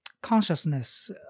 consciousness